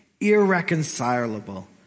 irreconcilable